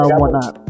whatnot